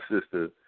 sister